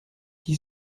qui